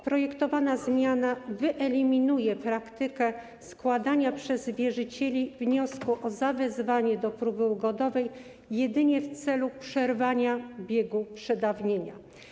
Projektowana zmiana wyeliminuje praktykę składania przez wierzycieli wniosku o zawezwanie do próby ugodowej jedynie w celu przerwania biegu przedawnienia.